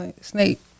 snake